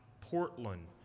Portland